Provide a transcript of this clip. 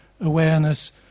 awareness